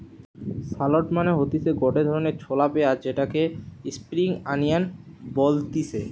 shallot মানে হতিছে গটে ধরণের ছলা পেঁয়াজ যেটাকে স্প্রিং আনিয়ান বলতিছে